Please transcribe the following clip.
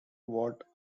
what